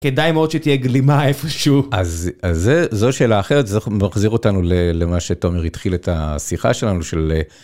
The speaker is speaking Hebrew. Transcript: כדאי מאוד שתהיה גלימה איפשהו אז זו שאלה אחרת זה מחזיר אותנו למה שתומר התחיל את השיחה שלנו של...